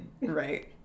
right